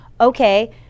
Okay